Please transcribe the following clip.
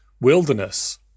wilderness